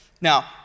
Now